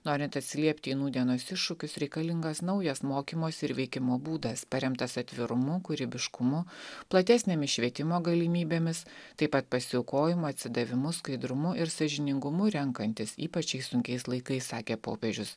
norint atsiliepti į nūdienos iššūkius reikalingas naujas mokymosi ir veikimo būdas paremtas atvirumu kūrybiškumu platesnėmis švietimo galimybėmis taip pat pasiaukojimu atsidavimu skaidrumu ir sąžiningumu renkantis ypač šiais sunkiais laikais sakė popiežius